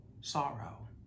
sorrow